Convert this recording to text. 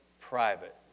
private